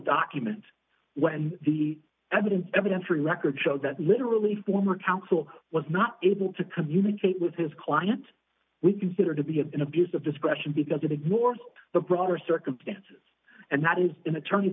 document when the evidence evidence for the record shows that literally former counsel was not able to communicate with his client we consider to be an abuse of discretion because it ignores the broader circumstances and that is an attorney